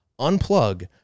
Unplug